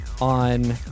on